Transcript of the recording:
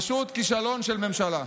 פשוט כישלון של ממשלה.